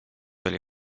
oli